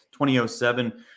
2007